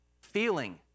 feeling